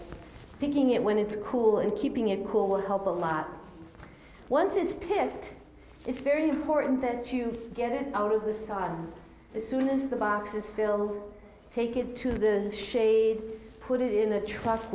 nking it when it's cool and keeping it cool will help a lot once it's picked it's very important that you get it out of the style as soon as the boxes film take it to the shade put it in a tr